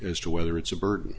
as to whether it's a bird